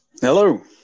Hello